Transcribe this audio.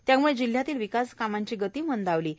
त्यामुळे जिल्ह्यातील विकासकामांची गती मंदावली होती